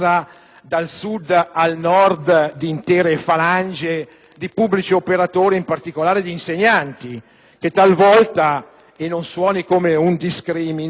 dal Sud al Nord di intere falangi di pubblici operatori, in particolare di insegnanti, che talvolta - e non suoni come un discrimine